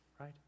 right